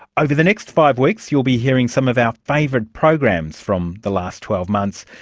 over the next five weeks you'll be hearing some of our favourite programs from the last twelve months.